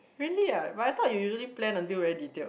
really ah but I thought you usually plan until very detailed